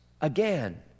again